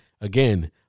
again